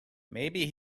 maybe